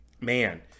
man